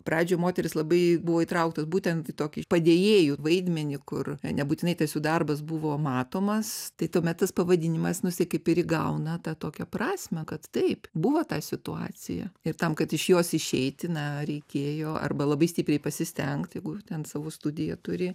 pradžioj moterys labai buvo įtrauktos būtent į tokį padėjėjų vaidmenį kur nebūtinai tas jų darbas buvo matomas tai tuomet tas pavadinimas nu jisai kaip ir įgauna tą tokią prasmę kad taip buvo ta situacija ir tam kad iš jos išeiti na reikėjo arba labai stipriai pasistengti jeigu ten savo studiją turi